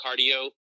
cardio